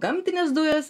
gamtines dujas